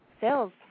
sales